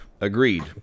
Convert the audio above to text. Agreed